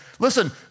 Listen